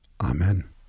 Amen